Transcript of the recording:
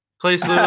Please